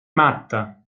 matta